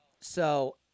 So-